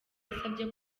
yasabye